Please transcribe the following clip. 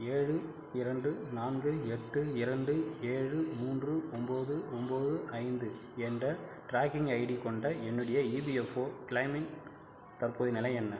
ஏழு இரண்டு நான்கு எட்டு இரண்டு ஏழு மூன்று ஒம்பது ஒம்பது ஐந்து என்ற ட்ராக்கிங் ஐடி கொண்ட என்னுடைய இபிஎஃப்ஓ கிளெய்மின் தற்போதைய நிலை என்ன